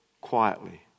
quietly